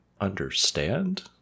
understand